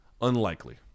unlikely